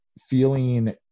feeling